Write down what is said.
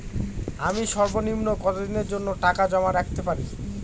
আমি সর্বনিম্ন কতদিনের জন্য টাকা জমা রাখতে পারি?